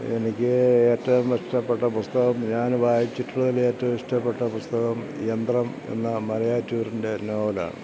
എനിക്ക് ഏറ്റവും ഇഷ്ടപ്പെട്ട പുസ്തകം ഞാൻ വായിച്ചിട്ടുള്ളതിൽ ഏറ്റവും ഇഷ്ടപ്പെട്ട പുസ്തകം യന്ത്രം എന്ന മലയാറ്റൂരിൻ്റെ നോവലാണ്